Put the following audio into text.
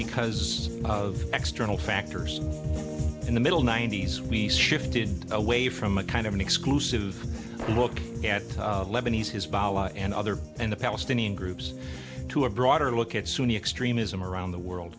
because of x journal factors in the middle ninety's we shifted away from a kind of an exclusive look at lebanese hizbullah and other and the palestinian groups to a broader look at sunni extremism around the world